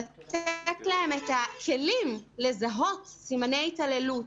לתת להם את הכלים לזהות סימני התעללות,